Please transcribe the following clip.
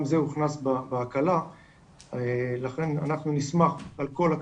זה הוכנס בהקלה לכן אנחנו נשמח על כל הקלה.